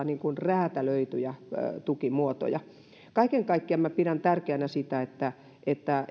niin kuin räätälöityjä tukimuotoja kaiken kaikkiaan pidän tärkeänä sitä että että